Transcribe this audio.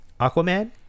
Aquaman